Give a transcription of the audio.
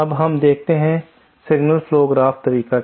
अब हम देखते हैं कि सिग्नल फ्लो ग्राफ तरीका क्या है